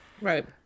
Right